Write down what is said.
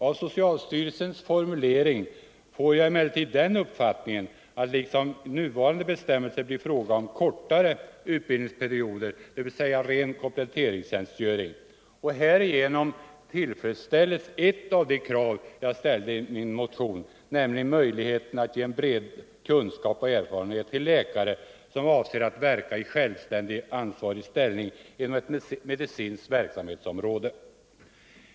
Av socialstyrelsens formulering får jag emellertid den uppfattningen, att det liksom i nuvarande bestämmelser blir fråga om kortare utbildningsperioder, dvs. ren kompletteringstjänstgöring. Härigenom tillfredsställes ett av de krav som jag ställde i min motion, nämligen möjligheten att ge bred kunskap och erfarenhet till läkare som avser att verka i självständig och ansvarig ställning inom ett medicinskt verksamhetsområde.